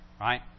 Right